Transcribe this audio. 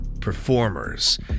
performers